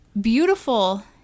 beautiful